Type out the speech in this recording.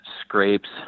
scrapes